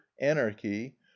anarchy